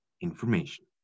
information